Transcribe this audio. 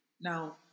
Now